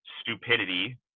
stupidity